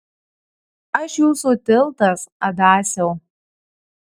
aš jūsų tiltas adasiau